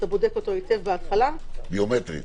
אתה בודק אותו היטב בהתחלה ביומטרית